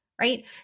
right